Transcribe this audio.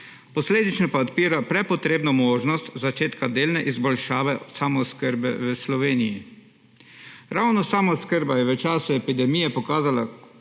posledično pa odpira prepotrebno možnost začetka delne izboljšave samooskrbe v Sloveniji. Ravno samooskrba se je v času epidemije pokazala kot